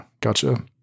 Gotcha